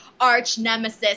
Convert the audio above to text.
arch-nemesis